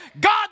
God